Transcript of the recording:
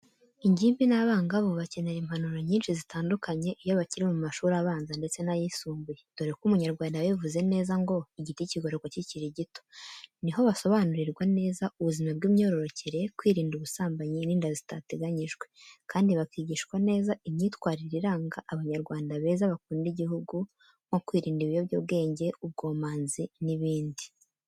Ingimbi n’abangavu bakenera impanuro nyinshi zitandukanye iyo bakiri mu mashuri abanza ndetse n’ayisumbuye, dore ko umunyarwanda yabivuze neza ngo “igiti kigororwa kikiri gito”. Ni ho basobanurirwa neza ubuzima bw’imyororokere, kwirinda ubusambanyi n’inda zitateganyijwe, kandi bakigishwa neza imyitwarire iranga Abanyarwanda beza bakunda igihugu, nko kwirinda ibiyobyabwenge, ubwomanzi n’ibindi.